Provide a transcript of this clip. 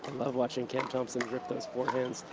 love watching cam thompson rip those forehands.